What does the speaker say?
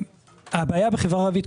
הבעיה בחברה הערבית,